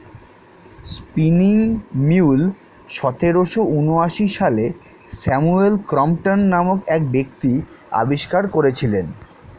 spinning mule সতেরোশো ঊনআশি সালে স্যামুয়েল ক্রম্পটন নামক এক ব্যক্তি আবিষ্কার করেছিলেন